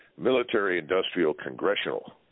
military-industrial-congressional